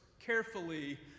carefully